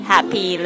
Happy